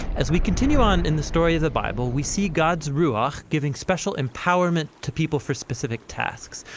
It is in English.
as we continue on in the story of the bible we see god's ruakh giving special empowerment to people for specific tasks.